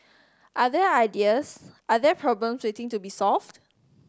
are there ideas are there problem waiting to be solved